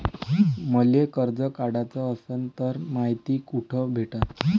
मले कर्ज काढाच असनं तर मायती कुठ भेटनं?